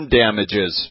damages